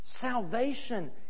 Salvation